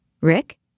Rick